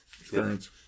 experience